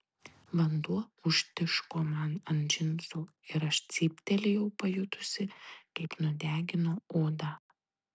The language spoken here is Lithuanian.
vanduo užtiško man ant džinsų ir aš cyptelėjau pajutusi kaip nudegino odą